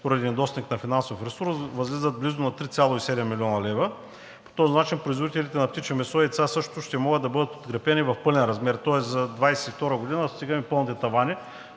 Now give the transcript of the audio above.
поради недостиг на финансов ресурс, възлизат близо на 3,7 млн. лв. По този начин производителите на птиче месо и яйца също ще могат да бъдат подкрепени в пълен размер, тоест за 2022 г. стигаме пълните тавани.